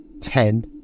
Ten